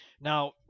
Now